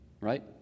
Right